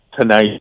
tonight